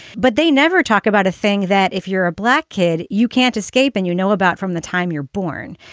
but they never talk about a thing that if you're a black kid, you can't escape and you know about from the time you're born.